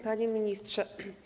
Panie Ministrze!